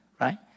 right